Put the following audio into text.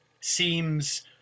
seems